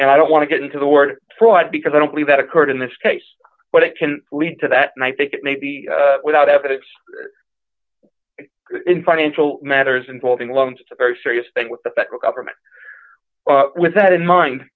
and i don't want to get into the word fraud because i don't believe that occurred in this case but it can lead to that and i think maybe without evidence in financial matters involving loans it's a very serious thing with the federal government with that in mind